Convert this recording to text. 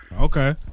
Okay